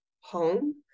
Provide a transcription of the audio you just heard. home